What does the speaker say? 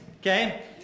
okay